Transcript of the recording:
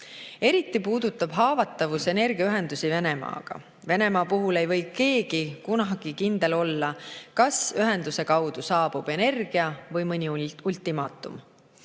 Eriti puudutab haavatavus energiaühendusi Venemaaga. Venemaa puhul ei või keegi enam kunagi kindel olla, kas ühenduse kaudu saabub energia või mõni ultimaatum.